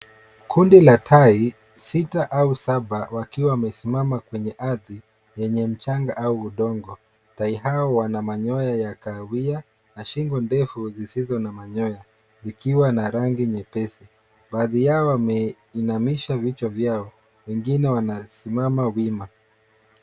Kundi la tai, sita au saba, wakiwa wasimama kwenye ardhi yenye mchanga au udongo. Tai hawa wana manyoya ya kahawia na shingo ndefu sisizo na manyoya, vikiwa na rangi nyepesi. Baadhi yao wameinamisha vichwa vyao, wengine wanasimama wima.